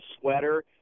sweater